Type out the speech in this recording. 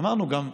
אמרנו גם: